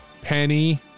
Penny